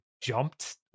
jumped